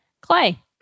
Clay